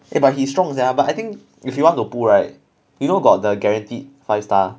eh but he's strong sia but I think if you want to pull right you know got the guaranteed five star